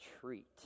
treat